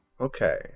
Okay